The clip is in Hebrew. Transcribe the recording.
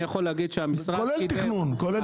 כולל התכנון.